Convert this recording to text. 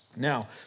Now